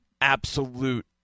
absolute